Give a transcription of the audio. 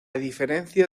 diferencia